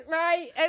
right